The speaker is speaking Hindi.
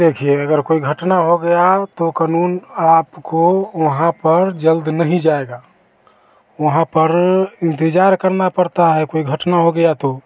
देखिए अगर कोई घटना हो गया तो क़ानून आपको वहाँ पर जल्द नहीं जाएगा वहाँ पर इंतज़ार करना पड़ता है कोई घटना हो गया तो